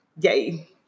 Yay